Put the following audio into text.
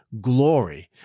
glory